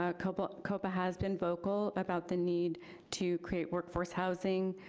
ah copa copa has been vocal about the need to create workforce housing.